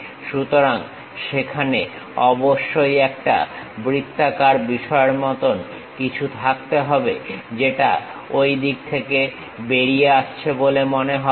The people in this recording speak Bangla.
সুতরাং সেখানে অবশ্যই একটা বৃত্তাকার বিষয়ের মত কিছু থাকতে হবে যেটা ঐ দিক থেকে বেরিয়ে আসছে বলে মনে হবে